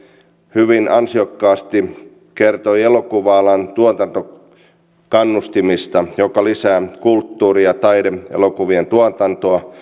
hyvin ansiokkaasti kertoi elokuva alan tuotantokannustimista jotka lisäävät kulttuuri ja taide elokuvien tuotantoa